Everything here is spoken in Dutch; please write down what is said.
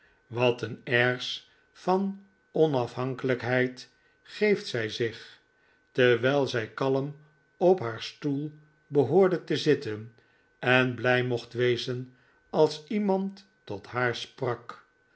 wat een airs van onafhankelijkheid geeft zij zich terwijl zij kalm op haar stoel behoorde te zitten en blij mocht wezen als iemand tot haar sprak